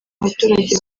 abaturage